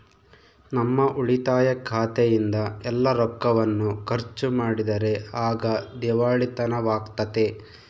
ನಮ್ಮ ಉಳಿತಾಯ ಖಾತೆಯಿಂದ ಎಲ್ಲ ರೊಕ್ಕವನ್ನು ಖರ್ಚು ಮಾಡಿದರೆ ಆಗ ದಿವಾಳಿತನವಾಗ್ತತೆ